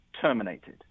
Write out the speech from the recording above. terminated